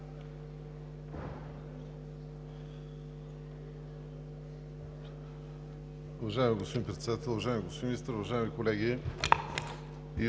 Уважаеми господин Председател, уважаеми господин Министър, уважаеми колеги!